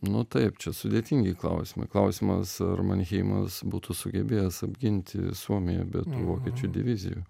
nu taip čia sudėtingi klausimai klausimas ar manheimas būtų sugebėjęs apginti suomiją be tų vokiečių divizijų